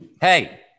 Hey